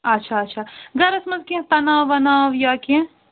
اَچھا اَچھا گَرَس منٛز کیٚنٛہہ تناو وَناو یا کیٚنٛہہ